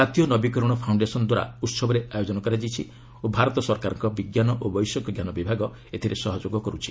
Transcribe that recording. ଜାତୀୟ ନବୀକରଣ ଫାଉଶ୍ଡେସନ ଦ୍ୱାରା ଉତ୍ସବରେ ଆୟୋଜନ କରାଯାଇଛି ଓ ଭାରତ ସରକାରଙ୍କ ବିଜ୍ଞାନ ଓ ବୈଷୟିକ ଜ୍ଞାନ ବିଭାଗ ଏଥିରେ ସହଯୋଗ କରିଛି